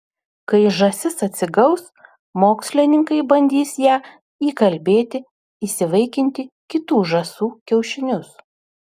kai žąsis atsigaus mokslininkai bandys ją įkalbėti įsivaikinti kitų žąsų kiaušinius